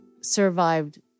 survived